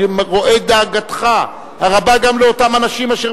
אני רואה את דאגתך הרבה גם לאותם אנשים אשר